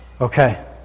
Okay